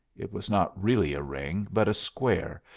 it was not really a ring, but a square,